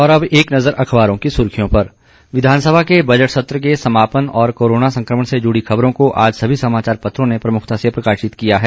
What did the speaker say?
और अब एक नज़र अख़बारों की सुर्खियां पर विधानसभा के बजट सत्र के समापन और कोरोना संकमण से जुड़ी ख़बरों को आज सभी समाचार पत्रों ने प्रमुखता से प्रकाशित किया है